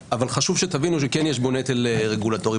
אבל חשוב שתבינו שכן יש בו נטל רגולטורי,